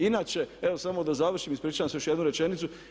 Inače, evo samo da završim, ispričavam se, još jednu rečenicu.